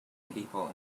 people